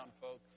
folks